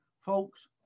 Folks